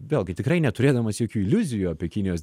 vėlgi tikrai neturėdamas jokių iliuzijų apie kinijos